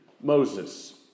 Moses